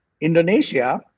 Indonesia